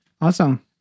Awesome